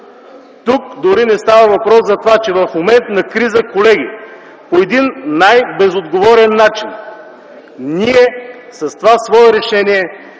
Тук дори не става въпрос за това, че в момент на криза, колеги, по един най-безотговорен начин с това свое решение